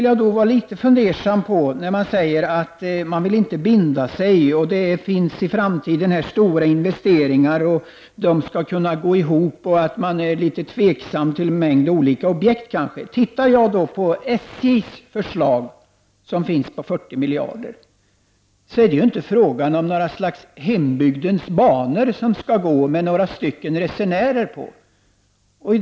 Jag blir litet fundersam när moderaterna säger att de inte vill binda sig, att det i framtiden kommer stora investeringar som skall gå ihop och att de kanske är litet tveksamma till en mängd olika objekt. När jag ser till SJs förslag om ett anslag på 40 miljarder kronor finner jag att det inte är fråga om något slags hembygdens banor som skall gå med några få resenärer.